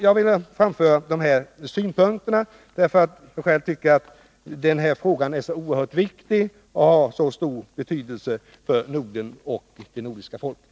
Jag har velat framföra dessa synpunkter, därför att jag tycker att denna fråga är av så stor betydelse för Norden och det nordiska folket.